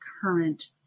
current